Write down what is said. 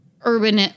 urban